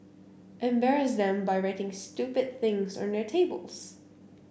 embarrass them by writing stupid things on their tables